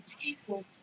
people